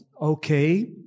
okay